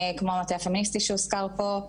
כמו המטה הפמיניסטי שהוזכר פה,